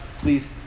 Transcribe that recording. please